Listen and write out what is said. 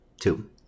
Two